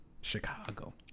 Chicago